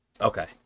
Okay